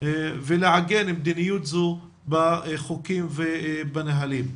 ולעגן מדיניות זו בחוקים ובנהלים.